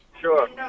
sure